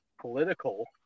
political